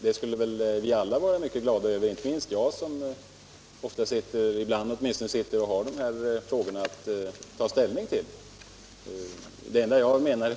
Det skulle vi väl alla vara mycket glada över - inte minst jag som ibland har att ta ställning till de här frågorna.